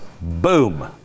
boom